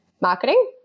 marketing